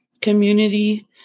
community